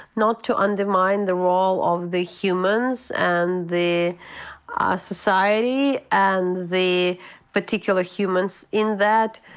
not to undermine the role of the humans and the society and the particular humans in that.